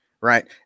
right